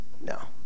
no